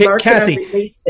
Kathy